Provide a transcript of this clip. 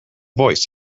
voice